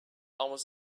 almost